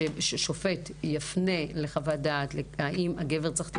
ששופט יפנה לחוות דעת לגבי האם הגבר צריך טיפול.